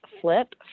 flip